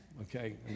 Okay